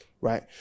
right